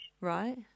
Right